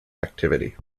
activity